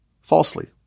falsely